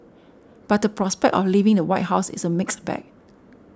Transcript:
but the prospect of leaving the White House is a mixed bag